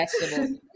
vegetables